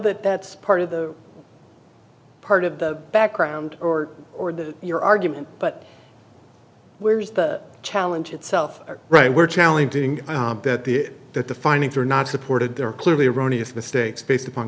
that that's part of the part of the background or or the your argument but where's the challenge itself right we're challenging that the that the findings are not supported there are clearly erroneous mistakes based upon